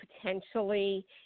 potentially